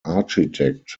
architect